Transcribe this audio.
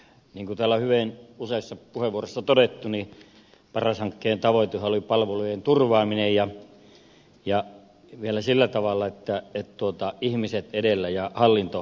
niin kuin täällä on hyvin useassa puheenvuoroissa todettu paras hankkeen tavoitehan oli palvelujen turvaaminen ja vielä sillä tavalla että mennään ihmiset edellä ja hallinto perässä